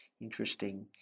interesting